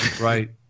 Right